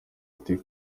ati